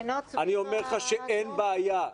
אני אומר לך שאין בעיה.